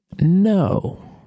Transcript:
No